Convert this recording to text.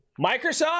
Microsoft